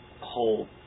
whole